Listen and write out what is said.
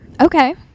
Okay